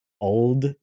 old